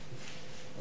ההצעה להעביר